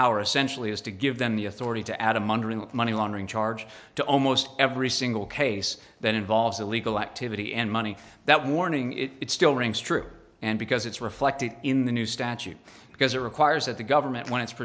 power essentially is to give them the authority to adam under him with money laundering charge to almost every single case that involves illegal activity and money that morning it still rings true and because it's reflected in the new statute because it requires that the government when it's